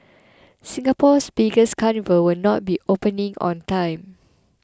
Singapore's biggest carnival will not be opening on time